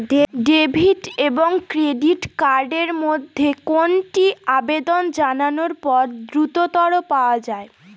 Debit এবং credit card এর মধ্যে কোনটি আবেদন জানানোর পর দ্রুততর পাওয়া য়ায়?